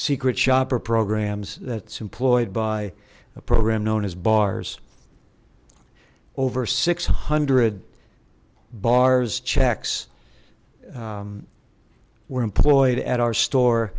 secret shopper programs that's employed by a program known as bars over six hundred bars checks were employed at our store